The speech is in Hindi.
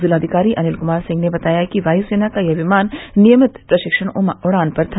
जिलाधिकारी अनिल कुमार सिंह ने बताया कि वायुसेना का यह विमान नियमित प्रशिक्षण उड़ान पर था